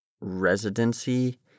residency